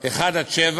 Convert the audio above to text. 1 7,